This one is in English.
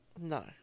No